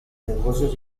negocios